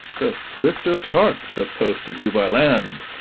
the swiftest harts have posted you by land,